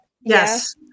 Yes